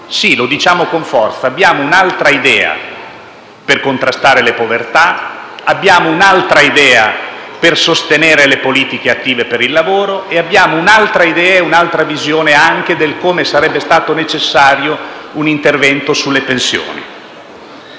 Sì, lo diciamo con forza: abbiamo un'altra idea per contrastare le povertà, abbiamo un'altra idea per sostenere le politiche attive per il lavoro e abbiamo un'altra idea e un'altra visione anche di come sarebbe stato necessario intervenire sulle pensioni.